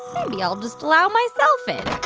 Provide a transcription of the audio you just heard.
maybe i'll just allow myself in.